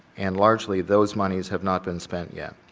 and largely those moneys have not been spent yet.